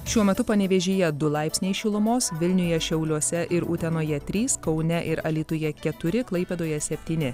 šiuo metu panevėžyje du laipsniai šilumos vilniuje šiauliuose ir utenoje trys kaune ir alytuje keturi klaipėdoje septyni